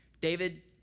David